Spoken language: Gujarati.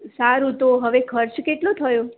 સારું તો હવે ખર્ચ કેટલો થયો